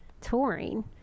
touring